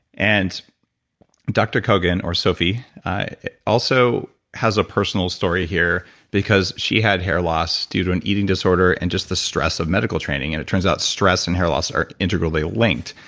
and dr. kogan or sophie also has a personal story here because she had hair loss due to an eating disorder and just the stress of medical training. and it turns out stress and hair loss are integrally linked.